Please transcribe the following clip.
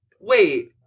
wait